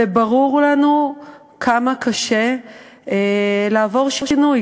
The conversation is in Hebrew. וברור לנו כמה קשה לעבור שינוי,